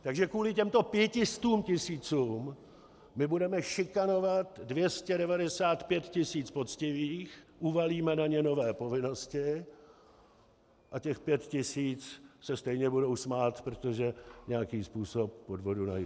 Takže kvůli těmto 500 tisícům my budeme šikanovat 295 tisíc poctivých, uvalíme na ně nové povinnosti a těch 5 tisíc se stejně bude smát, protože nějaký způsob podvodu najdou.